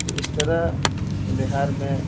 تو اس طرح بہار میں